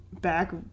back